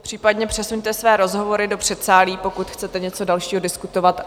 Případně přesuňte své rozhovory do předsálí, pokud chcete něco dalšího diskutovat.